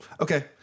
Okay